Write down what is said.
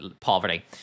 poverty